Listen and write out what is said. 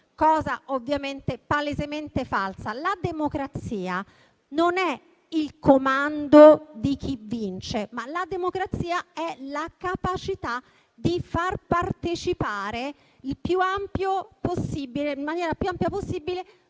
cosa ovviamente e palesemente falsa. La democrazia non è il comando di chi vince, ma è la capacità di far partecipare in maniera più ampia possibile